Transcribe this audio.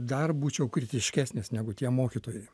dar būčiau kritiškesnis negu tie mokytojai